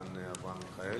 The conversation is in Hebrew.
ישנו אברהם מיכאלי,